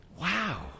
Wow